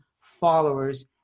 followers